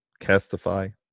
Castify